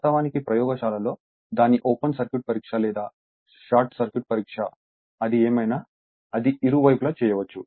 వాస్తవానికి ప్రయోగశాలలో దాని ఓపెన్ సర్క్యూట్ పరీక్ష లేదా షార్ట్ సర్క్యూట్ పరీక్ష అది ఏమైనా అది ఇరు వైపులా చేయవచ్చు